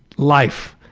life.